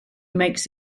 makes